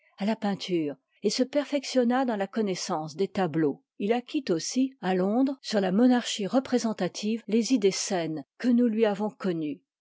à la peinture et se perfectionna dans la connoissance des tableaujf il acquit aussi à londres sur la monarchie représentativ e i a iit les idées saines que nous lui avons connues